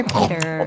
Peter